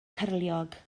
cyrliog